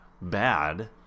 bad